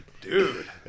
Dude